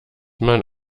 man